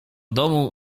domu